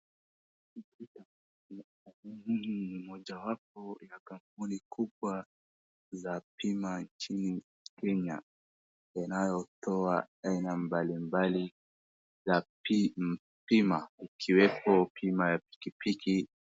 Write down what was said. Hii ni mojawapo ya kampuni kubwa za bima nchini Kenya, inayotoa aina mbalimbali ya bima ikiwemo bima ya pikipiki.